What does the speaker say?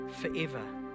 forever